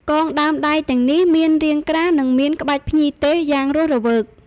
កងដើមដៃទាំងនេះមានរាងក្រាស់ និងមានក្បាច់ភ្ញីទេសយ៉ាងរស់រវើក។